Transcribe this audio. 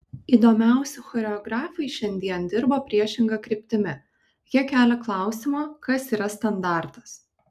įdomiausi choreografai šiandien dirba priešinga kryptimi jie kelia klausimą kas yra standartas